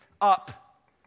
up